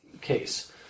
case